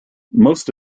most